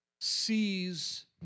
sees